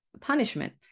punishment